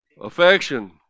affection